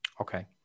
Okay